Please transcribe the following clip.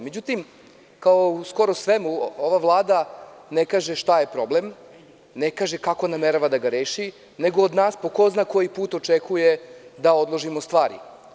Međutim, kao u skoro svemu, ova Vlada ne kaže šta je problem, ne kaže kako namerava da ga reši, nego od nas po ko zna koji put očekuje da odložimo stvari.